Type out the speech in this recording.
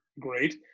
great